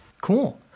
Cool